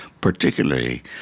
particularly